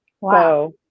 Wow